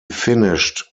finished